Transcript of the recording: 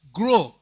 grow